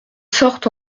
sort